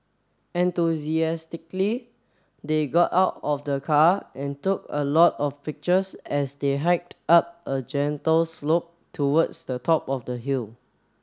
enthusiastically they got out of the car and took a lot of pictures as they hiked up a gentle slope towards the top of the hill